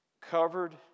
covered